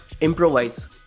Improvise